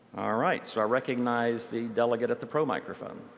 right. so i recognize the delegate at the pro microphone.